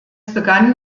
begann